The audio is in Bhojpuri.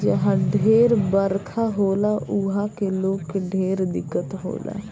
जहा ढेर बरखा होला उहा के लोग के ढेर दिक्कत होला